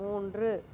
மூன்று